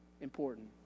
Important